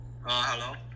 Hello